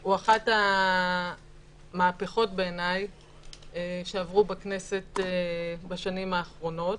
הוא אחד המהפכות שעברו בכנסת בשנים האחרונות.